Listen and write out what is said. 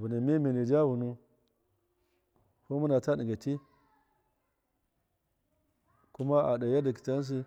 vɨna memeni ja vɨniwin kuma mɨna ta ɗɨnga ti kuma a ɗe yardakɨ ta ghɨnsɨ.